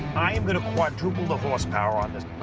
gonna quadruple the horsepower on this.